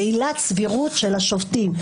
בעילת סבירות של השופטים.